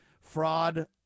fraud